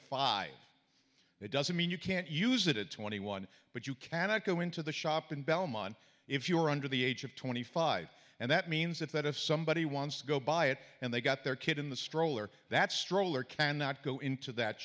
five it doesn't mean you can't use it at twenty one but you cannot go into the shop in belmont if you are under the age of twenty five and that means that if somebody wants to go buy it and they've got their kid in the stroller that stroller cannot go into that